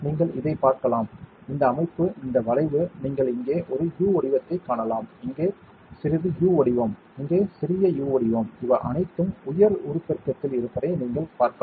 நீங்கள் இதைப் பார்க்கலாம் இந்த அமைப்பு இந்த வளைவு நீங்கள் இங்கே ஒரு U வடிவத்தைக் காணலாம் இங்கே சிறிது U வடிவம் இங்கே சிறிய U வடிவம் இவை அனைத்தும் உயர் உருப்பெருக்கத்தில் இருப்பதை நீங்கள் பார்க்கலாம்